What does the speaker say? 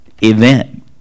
event